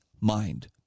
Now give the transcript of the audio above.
mind